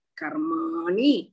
Karmani